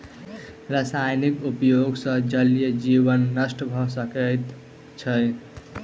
रासायनिक उपयोग सॅ जलीय जीवन नष्ट भ सकै छै